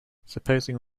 supposing